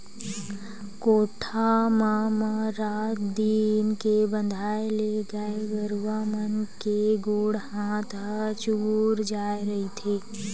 कोठा म म रात दिन के बंधाए ले गाय गरुवा मन के गोड़ हात ह चूगूर जाय रहिथे